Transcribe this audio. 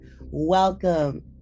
Welcome